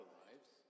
lives